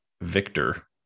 Victor